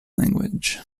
language